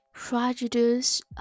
Prejudice